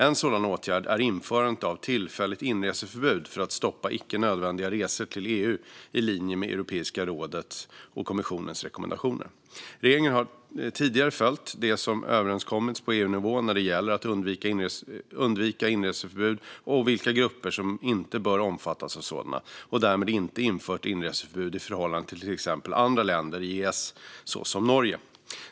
En sådan åtgärd är införandet av ett tillfälligt inreseförbud för att stoppa icke nödvändiga resor till EU i linje med Europeiska rådets och kommissionens rekommendationer. Regeringen har tidigare följt det som överenskommits på EU-nivå när det gäller att undvika inreseförbud och vilka grupper som inte bör omfattas av sådana, och därmed inte infört inreseförbud i förhållande till andra länder i EES såsom Norge.